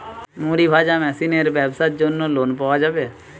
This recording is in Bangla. মুড়ি ভাজা মেশিনের ব্যাবসার জন্য লোন পাওয়া যাবে?